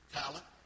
talent